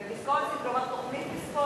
ב"ויסקונסין", כלומר תוכנית ויסקונסין.